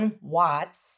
Watts